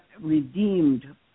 redeemed